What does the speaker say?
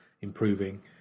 improving